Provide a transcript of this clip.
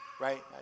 right